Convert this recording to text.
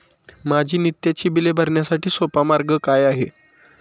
माझी नित्याची बिले भरण्यासाठी सोपा मार्ग काय आहे?